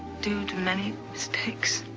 due to many mistakes,